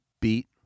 Beat